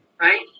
Right